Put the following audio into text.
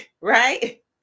right